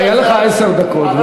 היו לך עשר דקות,